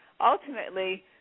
ultimately